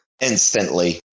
Instantly